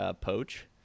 poach